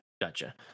Gotcha